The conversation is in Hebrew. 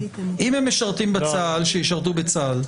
אם הם משרתים בצה"ל, שישרתו בצה"ל.